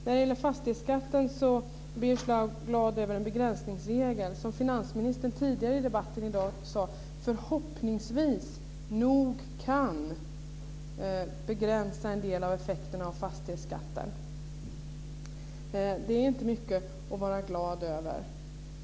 När det gäller fastighetsskatten säger Birger Schlaug att han är glad över en begränsningsregel som finansministern tidigare i debatten i dag sade förhoppningsvis nog kan begränsa en del av effekterna av fastighetsskatten. Det är inte mycket att vara glad över.